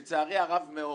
לצערי הרב מאוד,